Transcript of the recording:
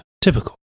typical